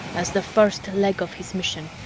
as the first leg of his mission,